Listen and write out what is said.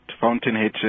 Fountainhead